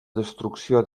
destrucció